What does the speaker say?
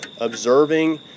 observing